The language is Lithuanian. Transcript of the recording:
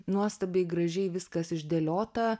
nuostabiai gražiai viskas išdėliota